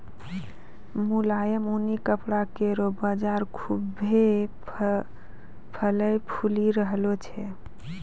मुलायम ऊनी कपड़ा केरो बाजार खुभ्भे फलय फूली रहलो छै